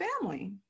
family